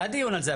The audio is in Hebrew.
היה דיון על זה.